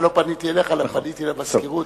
ולא פניתי אליך אלא פניתי למזכירות.